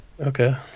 Okay